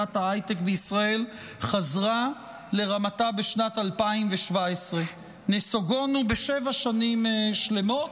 בתעשיית ההייטק בישראל חזרה לרמתה בשנת 2017. נסוגונו בשבע שנים שלמות,